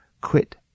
quit